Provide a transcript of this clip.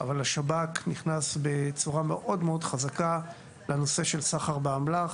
אבל השב"כ נכנס בצורה מאוד מאוד חזקה לנושא של סחר באמל"ח